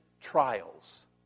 trials